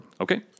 Okay